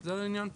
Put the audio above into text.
זה העניין פה.